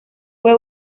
fue